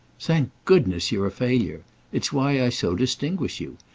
thank goodness you're a failure it's why i so distinguish you!